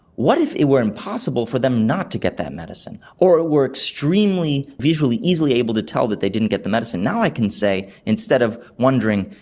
what if it were impossible for them not to get that medicine, or it were extremely visually easily able to tell that they didn't get the medicine? now i can say instead of wondering,